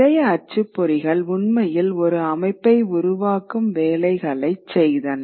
நிறைய அச்சுப்பொறிகள் உண்மையில் ஒரு அமைப்பை உருவாக்கும் வேலைகளைச் செய்தன